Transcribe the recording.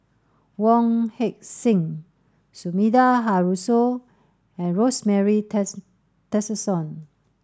Wong Heck Sing Sumida Haruzo and Rosemary Tessensohn